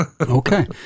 okay